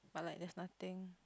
but like there's nothing